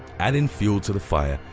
adding fuel to the fire,